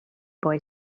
boy